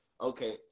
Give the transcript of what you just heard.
okay